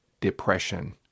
depression